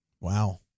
Wow